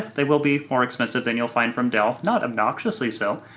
they will be more expensive than you'll find from dell, not obnoxiously so,